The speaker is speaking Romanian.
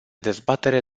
dezbatere